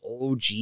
OG